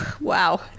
Wow